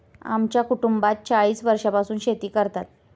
आमच्या कुटुंबात चाळीस वर्षांपासून शेती करतात